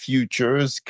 Futures